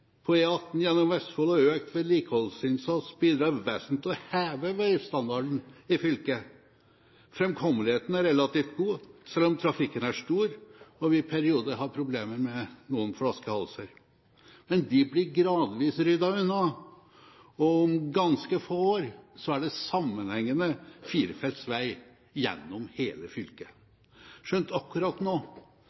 gjennom Vestfold og økt vedlikeholdsinnsats har bidratt vesentlig til å heve veistandarden i fylket. Framkommeligheten er relativt god, selv om trafikken er stor og vi i perioder har problemer med noen flaskehalser. Men de blir gradvis ryddet unna, og om ganske få år er det sammenhengende firefelts vei gjennom hele fylket. Skjønt akkurat nå